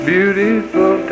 Beautiful